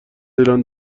ایران